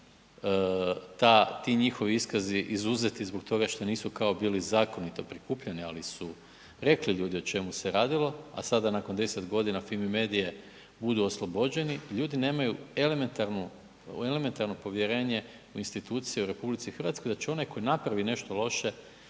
ti njihovi izuzeti zbog toga što nisu kao bili zakonito prikupljani ali su rekli ljudi o čemu se radilo a sada nakon 10 godina FIMI MEDIA-e budu oslobođeni, ljudi nemaju elementarno povjerenje u institucije u RH da će onaj tko napravi nešto loše